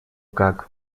как